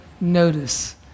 notice